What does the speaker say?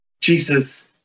Jesus